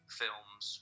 films